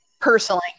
Personally